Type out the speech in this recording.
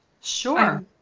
Sure